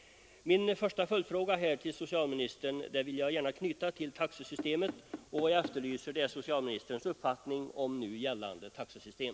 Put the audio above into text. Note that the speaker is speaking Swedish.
Min första följdfråga till socialministern vill jag anknyta till taxesystemet, och jag efterlyser därför socialministerns uppfattning om nu gällande taxesystem.